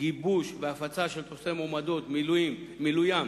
גיבוש והפצה של טופסי מועמדות, מילוים,